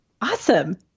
Awesome